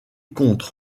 contre